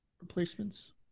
replacements